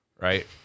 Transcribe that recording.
right